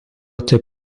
taip